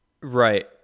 Right